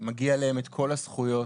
שמגיע להם את כל הזכויות